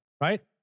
right